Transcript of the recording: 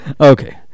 Okay